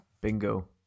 Bingo